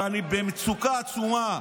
ואני במצוקה עצומה.